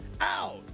out